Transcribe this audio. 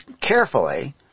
carefully